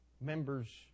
members